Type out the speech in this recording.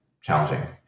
challenging